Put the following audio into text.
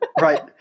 Right